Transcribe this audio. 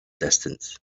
distance